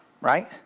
right